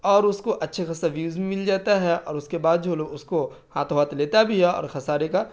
اور اس کو اچھے خاصہ ویوز مل جاتا ہے اور اس کے بعد جو لوگ اس کو ہاتھوں ہاتھ لیتا بھی ہے اور خسارے کا